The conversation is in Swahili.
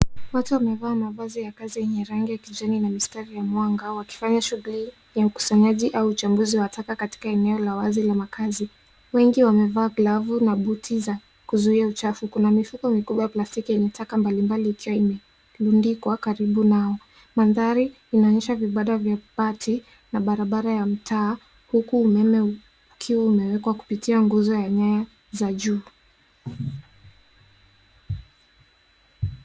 Watu wamevaa mavazi ya kazi yenye rangi ya kijani na mistari ya mwanga, wakifanya shughuli ya ukusanyaji au uchambuzi wa taka katika eneo la wazi la makazi. Wengi wamevaa glavu na buti za kuzuia uchafu. Kuna mifuko mikubwa ya plastic yenye taka mbalimbali ikiwa imelundikwa karibu nao. Mandhari inaonyesha vibanda vya bati na barabara ya mtaa, huku umeme ukiwa umekwa kupitia nguzo ya nyaya za juu.